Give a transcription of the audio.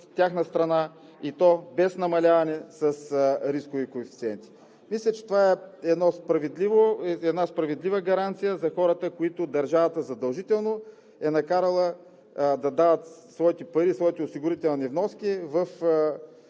тяхна страна, и то без намаляване с рискови коефициенти. Мисля, че това е една справедлива гаранция за хората, които държавата задължително е накарала да дават своите пари и своите осигурителни вноски в